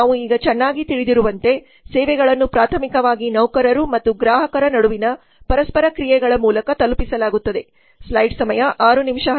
ನಾವು ಈಗ ಚೆನ್ನಾಗಿ ತಿಳಿದಿರುವಂತೆ ಸೇವೆಗಳನ್ನು ಪ್ರಾಥಮಿಕವಾಗಿ ನೌಕರರು ಮತ್ತು ಗ್ರಾಹಕರ ನಡುವಿನ ಪರಸ್ಪರ ಕ್ರಿಯೆಗಳ ಮೂಲಕ ತಲುಪಿಸಲಾಗುತ್ತದೆ